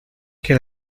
que